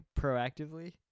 Proactively